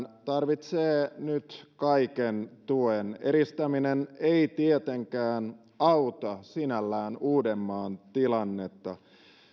tarvitsee nyt kaiken tuen eristäminen ei tietenkään sinällään auta uudenmaan tilannetta